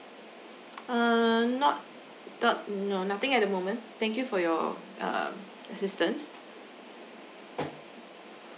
err not do~ no nothing at the moment thank you for your um assistance